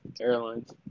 Airlines